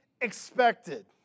expected